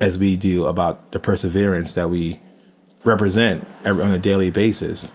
as we do about the perseverance that we represent on a daily basis.